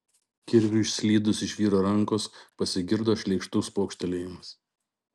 kirviui išslydus iš vyro rankos pasigirdo šleikštus pokštelėjimas